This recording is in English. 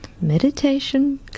meditation